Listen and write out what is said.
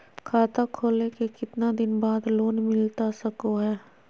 खाता खोले के कितना दिन बाद लोन मिलता सको है?